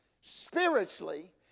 spiritually